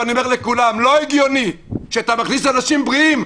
ואני אומר לכולם: לא הגיוני כשאתה מכניס אנשים בריאים,